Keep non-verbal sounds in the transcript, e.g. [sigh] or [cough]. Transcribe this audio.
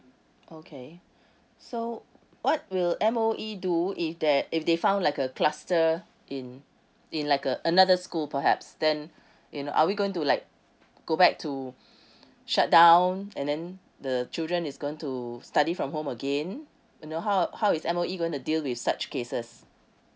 okay so what will M_O_E do if that if they found like a cluster in in like a another school perhaps then you know are we going to like go back to [breath] shut down and then the children is going to study from home again you know how how is M_O_E going to the deal with such cases